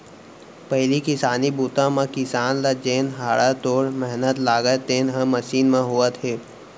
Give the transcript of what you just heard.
पहिली किसानी बूता म किसान ल जेन हाड़ा तोड़ मेहनत लागय तेन ह मसीन म होवत हे